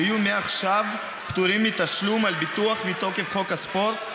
שיהיו מעכשיו פטורים מתשלום על ביטוח מתוקף חוק הספורט,